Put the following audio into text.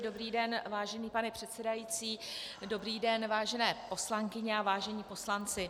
Dobrý den, vážený pane předsedající, dobrý den, vážené poslankyně a vážení poslanci.